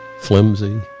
flimsy